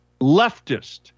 leftist